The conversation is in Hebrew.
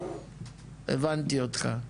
הבנתי אותך.